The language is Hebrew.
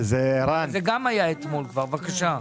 זה גם היה אתמול גם, בבקשה.